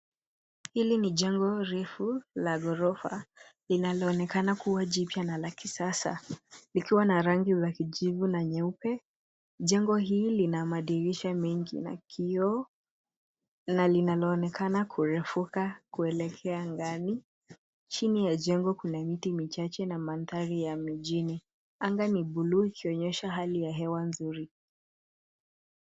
Hili ni jengo refu la ghorofa linaloonekana kuwa jipya na la kisasa likiwa na rangi za kijivu na nyeupe. Jengo hili lina madirisha mengi na kioo na linaoneana kurefuka kuelekea ndani. Chini ya jengo kuna miti michache na mandhari ya mijini. Anga ni buluu ikionyesha hali ya hewa nzuri.